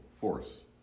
force